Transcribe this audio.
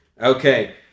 Okay